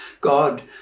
God